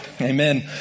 Amen